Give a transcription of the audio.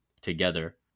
together